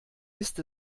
ist